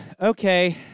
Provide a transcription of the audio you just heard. Okay